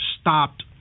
stopped